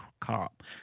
cop